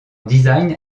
design